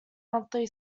monthly